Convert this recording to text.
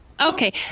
Okay